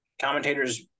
commentators